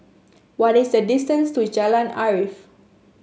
what is the distance to Jalan Arif